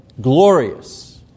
Glorious